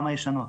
גם הישנות,